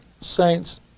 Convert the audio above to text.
Saints